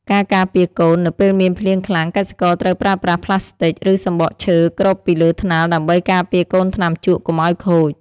ការការពារកូន នៅពេលមានភ្លៀងខ្លាំង កសិករត្រូវប្រើប្រាស់ប្លាស្ទិក ឬសម្បកឈើគ្របពីលើថ្នាលដើម្បីការពារកូនថ្នាំជក់កុំឱ្យខូច។